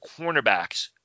cornerbacks